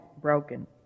broken